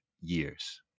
years